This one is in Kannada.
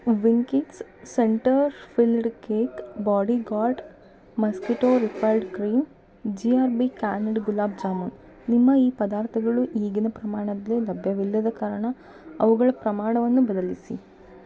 Winkies centre filled cake Bodyguard mosquito refilled cream G R B canned gulab jamun ನಿಮ್ಮ ಈ ಪದಾರ್ಥಗಳು ಈಗಿನ ಪ್ರಮಾಣದಲ್ಲಿ ಲಭ್ಯವಿಲ್ಲದ ಕಾರಣ ಅವುಗಳ ಪ್ರಮಾಣವನ್ನು ಬದಲಿಸಿ